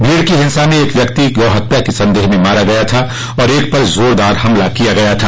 भीड़ की हिंसा में एक व्यक्ति गौहत्या के संदेह में मारा गया था और एक पर जोरदार हमला किया गया था